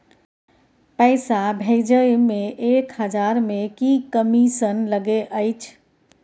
पैसा भैजे मे एक हजार मे की कमिसन लगे अएछ?